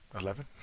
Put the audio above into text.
eleven